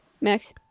Max